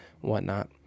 whatnot